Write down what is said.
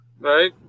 Right